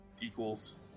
equals